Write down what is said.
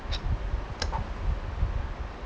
ya